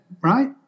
Right